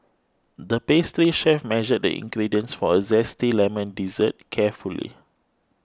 the pastry chef measured the ingredients for a Zesty Lemon Dessert carefully